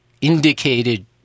indicated